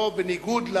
לא בניגוד,